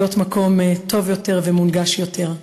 להיות מקום טוב יותר ומונגש יותר.